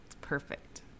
perfect